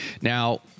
Now